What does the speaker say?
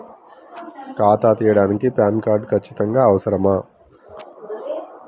ఖాతా తీయడానికి PAN card ఖచ్చితంగా అవసరమా?